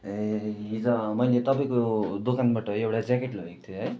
ए हिजो मैले तपाईँको दोकानबाट एउटा ज्याकेट लोगेको थिएँ है